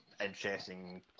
interesting